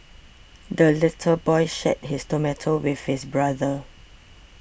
the little boy shared his tomato with his brother